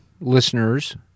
listeners